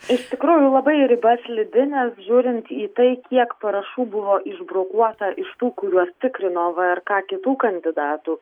iš tikrųjų labai riba slidi nes žiūrint į tai kiek parašų buvo išbrokuota iš tų kuriuos tikrino vrk kitų kandidatų